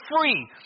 free